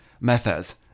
methods